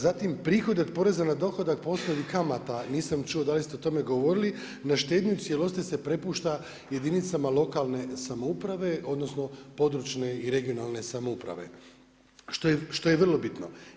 Zatim prihode od poreza na dohodak po osnovi kamata nisam čuo da li ste o tome govorili, na štednju u cijelosti se prepušta jedinicama lokalne samouprave odnosno područne i regionalne samouprave što je vrlo bitno.